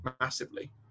massively